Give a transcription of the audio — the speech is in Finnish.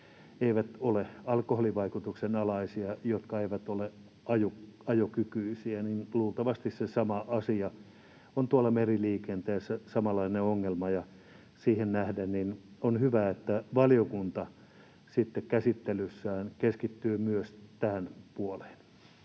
eivät ole alkoholin vaikutuksen alaisia niistä, jotka eivät ole ajokykyisiä, ja luultavasti se sama asia on tuolla meriliikenteessä, samanlainen ongelma. Siihen nähden on hyvä, että valiokunta sitten käsittelyssään keskittyy myös tähän puoleen.